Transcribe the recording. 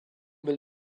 will